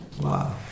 Wow